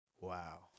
Wow